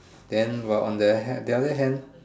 then what on the other hand